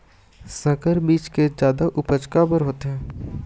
संकर बीज के जादा उपज काबर होथे?